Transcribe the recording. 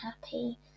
happy